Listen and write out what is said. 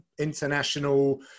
international